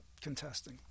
contesting